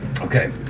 okay